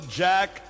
jack